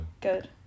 Good